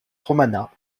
romana